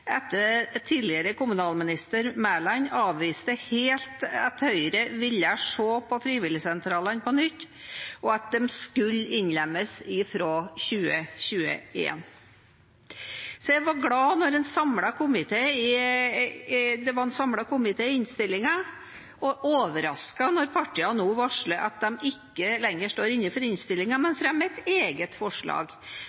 etter at tidligere kommunalminister Mæland helt avviste at Høyre ville se på frivilligsentralene på nytt, og at de skulle innlemmes fra 2021. Jeg var glad da det var en samlet komité i innstillingen – og er overrasket når partiene nå varsler at de ikke lenger går inn for innstillingen, men